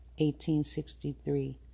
1863